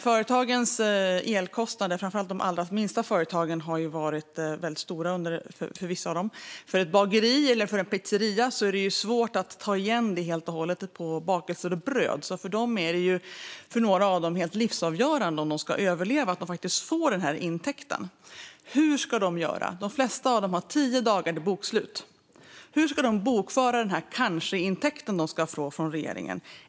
För vissa av företagen, framför allt de allra minsta, har elkostnaderna varit väldigt stora. För ett bageri eller en pizzeria är det svårt att ta igen detta helt och hållet på bakelser och bröd, så för några av dem är det helt livsavgörande att de får den här intäkten. Hur ska de göra? De flesta av dem har tio dagar till bokslut. Hur ska de bokföra den här kanske-intäkten från regeringen?